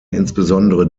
insbesondere